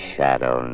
Shadow